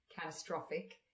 catastrophic